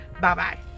bye-bye